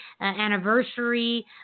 anniversary